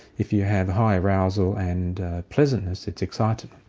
if you have high arousal and pleasantness it's excited.